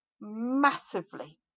massively